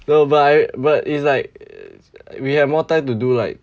no but I but it's like we have more time to do like